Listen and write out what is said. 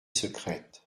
secrète